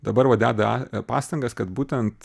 dabar va deda a pastangas kad būtent